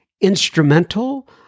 instrumental